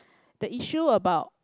the issue about